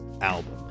Album